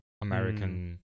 American